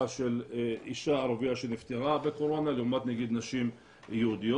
של אישה ערבייה שנפטרה מקורונה לעומת נגיד נשים יהודיות.